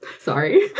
Sorry